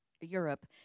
europe